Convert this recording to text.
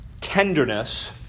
tenderness